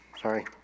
Sorry